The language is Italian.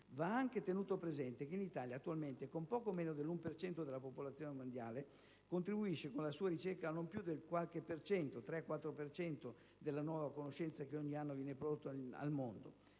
Va anche tenuto presente che attualmente l'Italia, con poco meno dell'1 per cento della popolazione mondiale, contribuisce con la sua ricerca a non più del 3 o 4 per cento della nuova conoscenza che ogni anno viene prodotta al mondo.